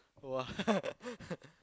!wah!